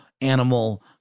animal